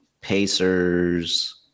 Pacers